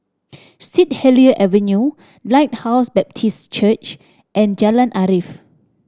Saint Helier Avenue Lighthouse Baptist Church and Jalan Arif